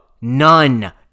none